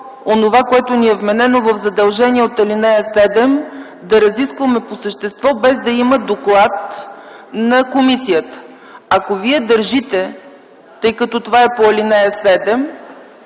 онова, което ни е вменено в задължение от ал. 7 – да разискваме по същество, без да има доклад на комисията. Ако Вие държите, тъй като това е по ал. 7,